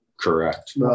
Correct